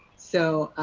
so,